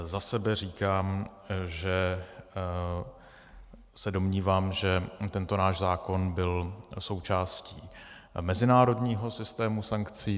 Za sebe říkám, že se domnívám, že tento náš zákon byl součástí mezinárodního systému sankcí.